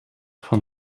van